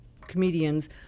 comedians